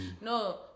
No